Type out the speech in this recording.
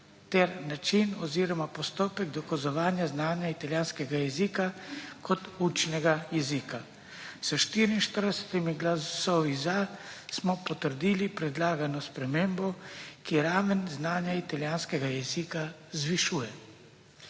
ter način oziroma postopek dokazovanja znanja italijanskega jezika kot učnega jezika. S 44 glasovi »za« smo potrdili predlagano spremembo, ki raven znanja italijanskega jezika zvišuje.